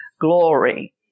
glory